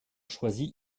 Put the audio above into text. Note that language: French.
choisi